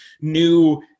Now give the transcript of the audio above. new